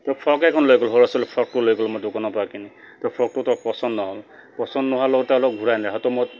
ত' frock এখন লৈ গ'ল সৰু ছোৱালী ফ্ৰকটো লৈ গ'ল মোৰ দোকানৰ পৰা কিনি ত' ফ্ৰকটো ত' পচন্দ নহ'ল পচন্দ নোহোৱাৰ লগত তেওঁলোকে ঘূৰাই নিয়েহি